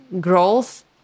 growth